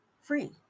free